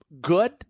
Good